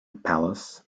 palace